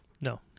No